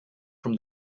from